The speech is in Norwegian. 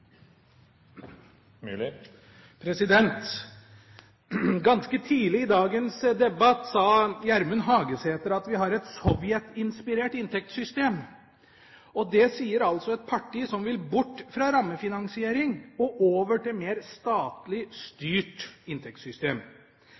mest. Ganske tidlig i dagens debatt sa Gjermund Hagesæter at vi har et sovjetinspirert inntektssystem. Det sier altså et parti som vil bort fra rammefinansiering og over til